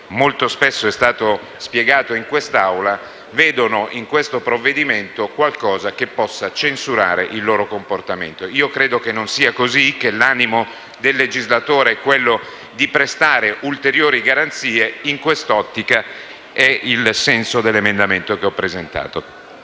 molto spesso è stato spiegato in quest'Aula - vedono in questo provvedimento qualcosa che possa censurare il loro comportamento. Credo che non sia così e che l'animo del legislatore sia di prestare ulteriori garanzie: questa è anche l'ottica e il senso dell'emendamento che ho presentato.